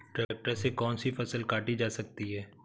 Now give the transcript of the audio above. Tractor से कौन सी फसल काटी जा सकती हैं?